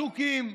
התוכים,